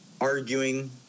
arguing